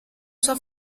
sua